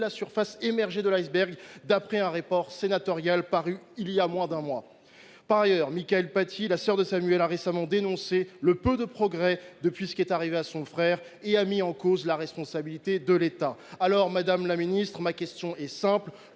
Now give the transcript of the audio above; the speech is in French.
la partie émergée de l’iceberg, d’après un rapport sénatorial d’information paru voilà moins d’un mois. Par ailleurs, Mickaëlle Paty, la sœur de Samuel, a récemment dénoncé le peu de progrès réalisés depuis ce qui est arrivé à son frère ; elle a mis en cause la responsabilité de l’État. Aussi, madame la ministre, ma question est simple